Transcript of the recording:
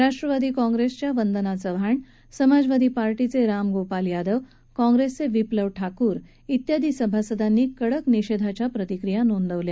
राष्ट्रवादी काँग्रेसच्या वंदना चव्हाण समाजवादी पार्टीचे रामगोपाल यादव काँग्रेसचे विप्लव ठाकूर तियादी सभासदांनी कडक निषेधाच्या प्रतिक्रिया नोंदवल्या